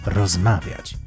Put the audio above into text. rozmawiać